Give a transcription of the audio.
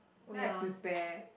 now I prepare